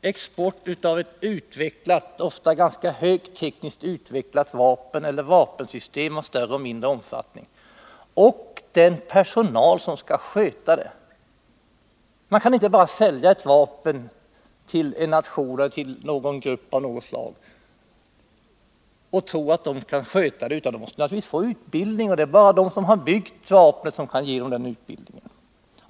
export av ett ofta ganska högt tekniskt utvecklat vapen eller vapensystem av större eller mindre omfattning och den personal som skall sköta det. Man kan inte bara sälja ett vapen till en nation eller till en grupp av något slag och tro att dessa kan sköta det. De måste naturligtvis få utbildning, och bara de som byggt vapnet kan ge dem den utbildningen.